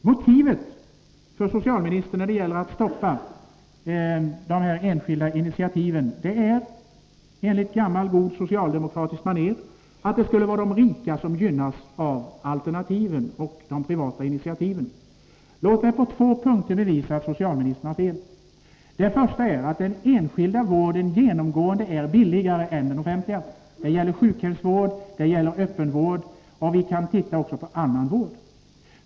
Motivet för socialministern till att stoppa de enskilda initiativen anges enligt gammalt gott socialdemokratiskt manér vara att det skulle vara de rika som gynnas av de privata alternativen och initiativen. Låt mig på två punkter bevisa att socialministern har fel. För det första är den enskilda vården genomgående billigare än den offentliga. Det gäller för sjukhusvård, för öppenvård och även för annan vård.